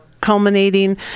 culminating